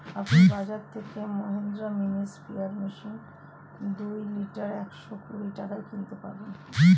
আপনি বাজর থেকে মহিন্দ্রা মিনি স্প্রেয়ার মেশিন দুই লিটার একশো কুড়ি টাকায় কিনতে পারবেন